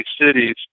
cities